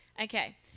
okay